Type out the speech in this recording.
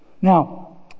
Now